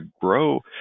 grow